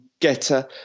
Getter